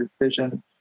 decision